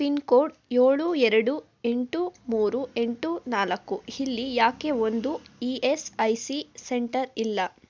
pin code ಏಳು ಎರಡು ಎಂಟು ಮೂರು ಎಂಟು ನಾಲ್ಕು ಇಲ್ಲಿ ಯಾಕೆ ಒಂದೂ E S I C centre ಇಲ್ಲ